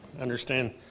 understand